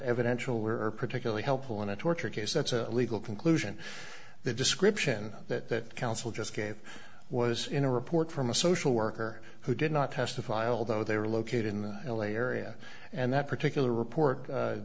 were particularly helpful in a torture case that's a legal conclusion the description that counsel just gave was in a report from a social worker who did not testify although they were located in the l a area and that particular report